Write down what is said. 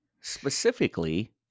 Specifically